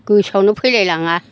गोसोआवनो फैलाय लाङा